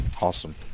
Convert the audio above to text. Awesome